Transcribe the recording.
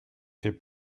fait